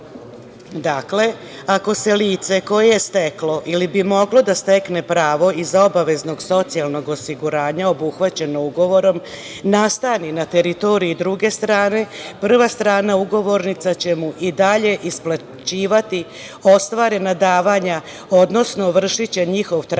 Dakle, ako se lice koje je steklo ili bi moglo da stekne pravo iz obaveznog socijalnog osiguranja obuhvaćeno ugovorom nastani na teritoriji druge strane, prva strana ugovornica će mu i dalje isplaćivati ostvarena davanja, odnosno vršiće njihov transfer